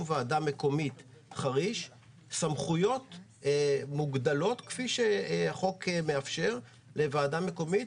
ועדה מקומית חריש סמכויות מוגדלות כפי שהחוק מאפשר לוועדה מקומית,